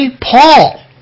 Paul